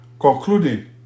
Concluding